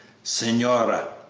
senora,